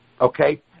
Okay